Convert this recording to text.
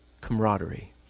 camaraderie